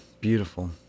beautiful